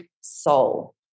soul